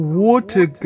water